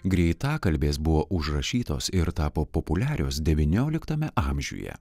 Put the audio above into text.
greitakalbės buvo užrašytos ir tapo populiarios devynioliktame amžiuje